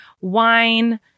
wine